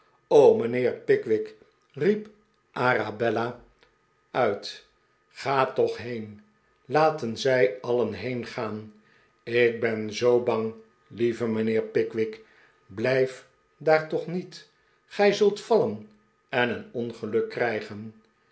mijnheer pickwick riep arabella uit ga toch heen laten zij alien heengaan ik ben zoo bang lieve mijnheer pickwick blijf daar toch niet gij zult vallen en een ongeluk krijgen